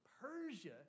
Persia